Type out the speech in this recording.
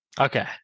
Okay